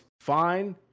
fine